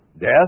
death